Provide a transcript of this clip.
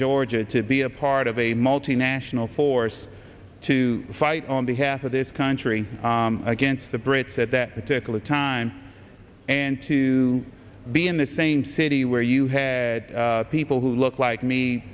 georgia to be a part of a multinational force to fight on behalf of this country against the brits at that particular time and to be in the same city where you had people who look like me